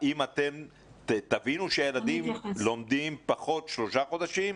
האם תבינו שהילדים לומדים פחות שלושה חודשים?